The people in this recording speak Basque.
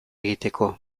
egiteko